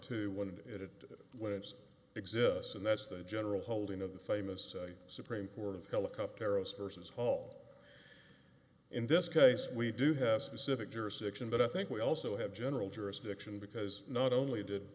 two when it when it exists and that's the general holding of the famous a supreme court of helicopter arrows for his haul in this case we do have specific jurisdiction but i think we also have general jurisdiction because not only did